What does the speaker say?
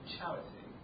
charity